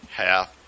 half